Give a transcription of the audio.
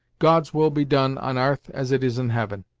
god's will be done, on arth as it is in heaven!